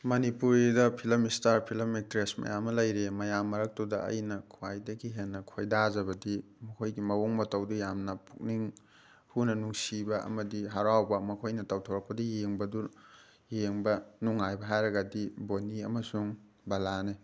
ꯃꯅꯤꯄꯨꯔꯤꯗ film star film actress ꯃꯌꯥꯝ ꯑꯃ ꯂꯩꯔꯤ ꯃꯌꯥꯝ ꯃꯔꯛꯇꯨꯗ ꯑꯩꯅ ꯈ꯭ꯋꯥꯏꯗꯒꯤ ꯍꯦꯟꯅ ꯈꯣꯏꯗꯥꯖꯕꯗꯤ ꯃꯈꯣꯏꯒꯤ ꯃꯑꯣꯡ ꯃꯇꯧꯗ ꯌꯥꯝꯅ ꯄꯨꯛꯅꯤꯡ ꯍꯨꯅ ꯅꯨꯡꯁꯤꯕ ꯑꯃꯗꯤ ꯍꯔꯥꯎꯕ ꯃꯈꯣꯏꯅ ꯇꯧꯊꯣꯔꯛꯄꯗ ꯌꯦꯡꯕꯗꯨ ꯌꯦꯡꯕ ꯅꯨꯡꯉꯥꯏꯕ ꯍꯥꯏꯔꯒꯗꯤ ꯕꯣꯅꯤ ꯑꯃꯁꯨꯡ ꯕꯂꯥꯅꯤ